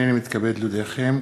הנני מתכבד להודיעכם,